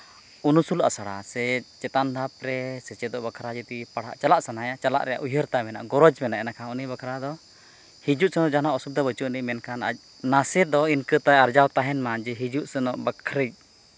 ᱩᱱᱩᱥᱩᱞ ᱟᱥᱲᱟ ᱥᱮ ᱪᱮᱛᱟᱱ ᱫᱷᱟᱯ ᱨᱮ ᱥᱮᱪᱮᱫᱚᱜ ᱵᱟᱠᱷᱨᱟ ᱡᱩᱫᱤ ᱯᱟᱲᱦᱟᱜ ᱪᱟᱞᱟᱜ ᱥᱟᱱᱟᱭᱮᱭᱟ ᱪᱟᱞᱟᱜ ᱨᱮᱭᱟᱜ ᱩᱭᱦᱟᱹᱨ ᱛᱟᱭ ᱢᱮᱱᱟᱜᱼᱟ ᱜᱚᱨᱚᱡᱽ ᱛᱟᱭ ᱢᱮᱱᱟᱜᱼᱟ ᱮᱱᱠᱷᱟᱱ ᱩᱱᱤ ᱵᱟᱠᱷᱨᱟ ᱫᱚ ᱦᱤᱡᱩᱜ ᱥᱚᱢᱚᱭ ᱡᱟᱦᱟᱱᱟᱜ ᱚᱥᱩᱵᱤᱫᱷᱟ ᱵᱟᱹᱪᱩᱜ ᱟᱹᱱᱤᱡ ᱢᱮᱱᱠᱷᱟᱱ ᱟᱡ ᱱᱟᱥᱮ ᱫᱚ ᱤᱱᱠᱟᱹ ᱫᱚ ᱟᱨᱡᱟᱨ ᱛᱟᱦᱮᱱ ᱢᱟ ᱦᱤᱡᱩᱜ ᱥᱮᱱᱚᱜ ᱵᱟᱠᱷᱨᱟ